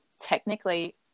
technically